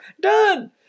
Done